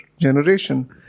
generation